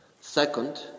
Second